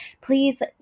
please